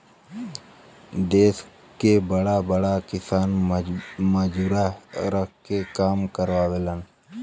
देस के बड़ा बड़ा किसान मजूरा रख के काम करावेलन